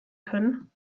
könnten